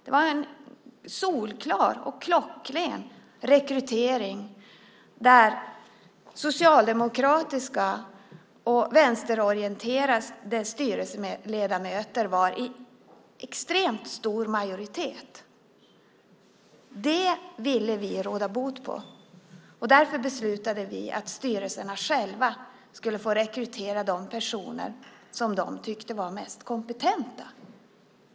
Det var en solklar och klockren rekrytering där socialdemokratiska och vänsterorienterade styrelseledamöter var i extremt stor majoritet. Det ville vi råda bot på. Därför beslutade vi att styrelserna själva skulle få rekrytera de personer som de tyckte var mest kompetenta.